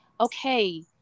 okay